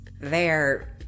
They're-